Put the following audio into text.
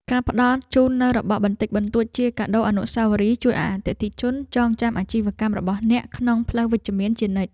ការផ្ដល់ជូននូវរបស់បន្តិចបន្តួចជាកាដូអនុស្សាវរីយ៍ជួយឱ្យអតិថិជនចងចាំអាជីវកម្មរបស់អ្នកក្នុងផ្លូវវិជ្ជមានជានិច្ច។